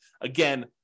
Again